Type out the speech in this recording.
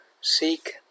seek